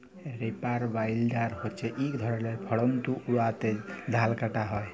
reaper binder হছে ইক ধরলের যল্তর উয়াতে ধাল কাটা হ্যয়